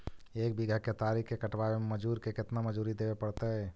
एक बिघा केतारी कटबाबे में मजुर के केतना मजुरि देबे पड़तै?